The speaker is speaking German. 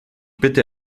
bitte